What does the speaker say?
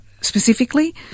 specifically